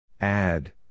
Add